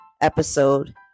episode